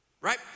right